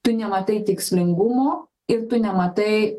tu nematai tikslingumo ir tu nematai